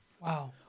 Wow